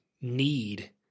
need